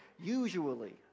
Usually